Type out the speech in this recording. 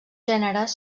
gèneres